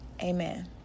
Amen